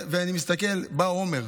בא עומר,